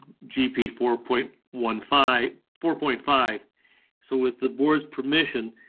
jeep four point one five four point five so with the board's permission.